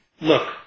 Look